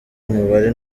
umubare